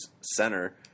center